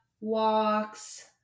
walks